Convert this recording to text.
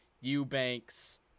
Eubanks